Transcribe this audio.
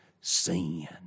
sin